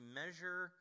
measure